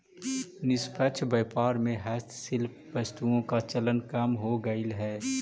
निष्पक्ष व्यापार में हस्तशिल्प वस्तुओं का चलन कम हो गईल है